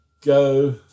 go